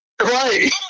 Right